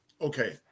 okay